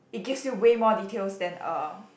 it gives you way more details than uh